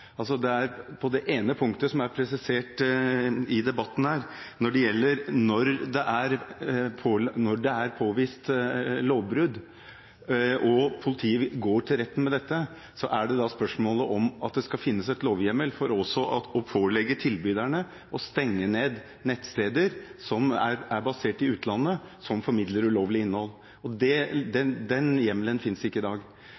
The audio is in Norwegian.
som er presisert i debatten her. Når det er påvist lovbrudd og politiet går til retten med det, er spørsmålet om det også skal finnes en lovhjemmel for å pålegge tilbyderne å stenge nettsteder som har base i utlandet, og som formidler ulovlig innhold. Den hjemmelen finnes ikke i dag.